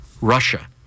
Russia